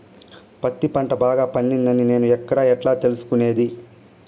పత్తి పంట బాగా పండిందని నేను ఎక్కడ, ఎట్లా తెలుసుకునేది?